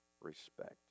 respect